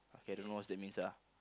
okay I don't know what that means ah